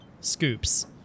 scoops